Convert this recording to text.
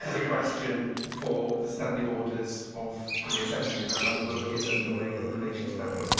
is a question for the standing orders of the assembly, and and work is under way in relation to that.